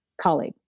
colleague